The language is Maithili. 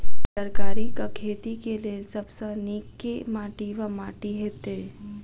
तरकारीक खेती केँ लेल सब सऽ नीक केँ माटि वा माटि हेतै?